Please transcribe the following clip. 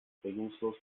regungslos